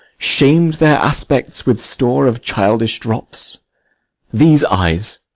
sham'd their aspects with store of childish drops these eyes,